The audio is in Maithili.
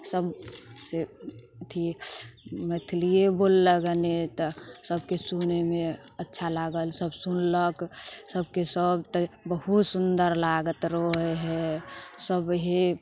सभ से अथी मैथिलिए बोललक गने तऽ सभके सुनैमे अच्छा लागल सभ सुनलक सभके सभ तऽ बहुत सुन्दर लागैत रहै हइ सभे